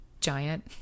giant